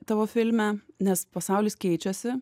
tavo filme nes pasaulis keičiasi